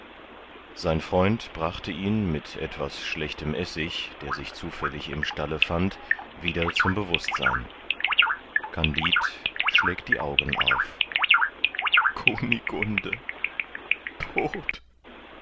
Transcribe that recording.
sein freund brachte ihn mit etwas schlechtem essig der sich zufällig im stalle fand wieder zum bewußtsein kandid schlägt die augen auf kunigunde todt